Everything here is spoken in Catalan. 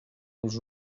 els